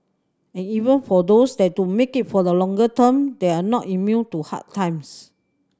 and even for those that do make it for the longer term they are not immune to hard times